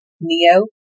Neo